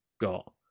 got